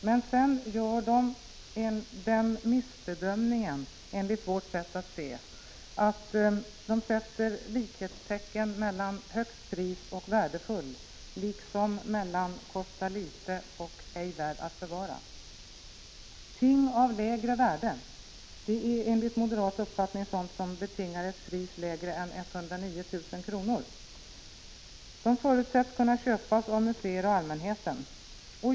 Men sedan gör de den missbedömningen, enligt vårt sätt att se, att de sätter likhetstecken mellan högt pris och värdefull, liksom mellan att kosta litet och att ej vara värd att bevara. Ting av lägre värde är enligt moderat uppfattning sådant som betingar ett pris lägre än 109000 kr. De förutsätts kunna köpas av museer och allmänheten.